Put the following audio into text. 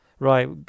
Right